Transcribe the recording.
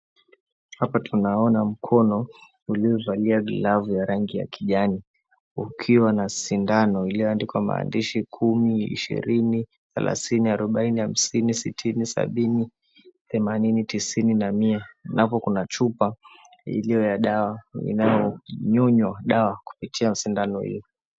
Hapa tunaona mkono uliovalia glavu ya rangi ya kijani, ikiwa na shindano iliyoandikwa na maandishi 12, 20, 30, 40, 50, 60, 70, 80, 90, 100. Hapo kuna chupa ya dawa inayonywa dawa kupitia sindano hii.